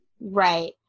Right